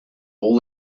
all